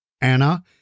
Anna